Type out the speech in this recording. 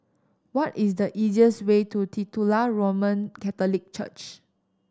what is the easiest way to Titular Roman Catholic Church